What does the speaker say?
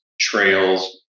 trails